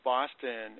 Boston